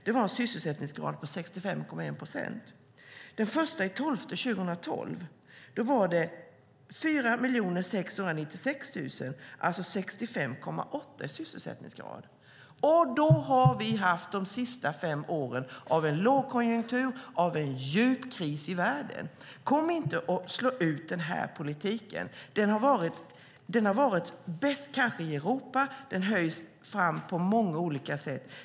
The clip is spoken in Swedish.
Det var en sysselsättningsgrad på 65,1 procent. Den 1 december 2012 var 4 696 000 i jobb, alltså en sysselsättningsgrad på 65,8 procent. Då har det varit lågkonjunktur, en djup kris i världen, de senaste fem åren. Kom inte och slå ut den här politiken. Den har varit bäst i Europa och framhävs på många olika sätt.